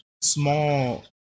small